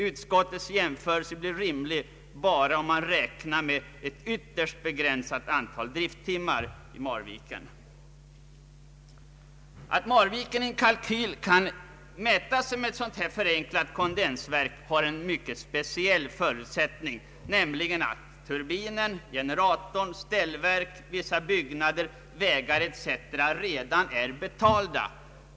Utskottets jämförelse blir rimlig bara om man räknar med ett ytterst begränsat antal drifttimmar i Marviken. Att Marviken i en kalkyl kan mäta sig med ett förenklat kondensverk har en mycket speciell förutsättning, nämligen att turbinen, generatorn, ställverket, vissa byggnader och vägar etc. redan är betalda.